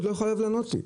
אהוד לא חייב לענות לי.